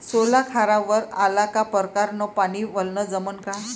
सोला खारावर आला का परकारं न पानी वलनं जमन का?